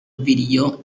video